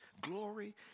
Glory